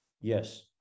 Yes